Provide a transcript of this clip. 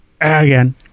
Again